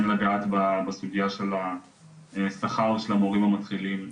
כן לגעת בסוגייה של השכר של המורים המתחילים,